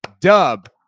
dub